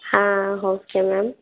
ಹಾಂ okay ma'am